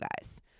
guys